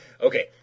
Okay